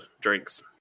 drinks